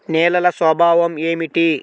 నేలల స్వభావం ఏమిటీ?